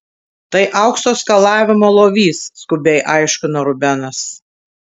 tai aukso skalavimo lovys skubiai aiškino rubenas